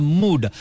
mood